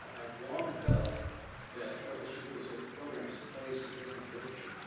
i've long felt that what we should do is get the programs in place and get them working,